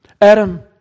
Adam